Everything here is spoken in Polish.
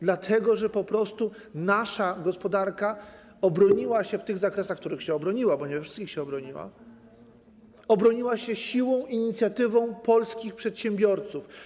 Dlatego że po prostu nasza gospodarka obroniła się - w tych zakresach, w których się obroniła, bo nie we wszystkich się obroniła - siłą i inicjatywą polskich przedsiębiorców.